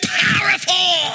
powerful